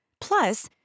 Plus